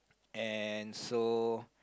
and so